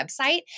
website